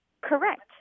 correct